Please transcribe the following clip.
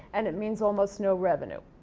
and it means almost no revenue.